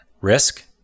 risk